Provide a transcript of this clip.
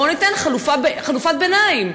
בואו ניתן חלופת ביניים.